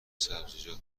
سبزیجات